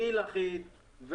גיל אחיד.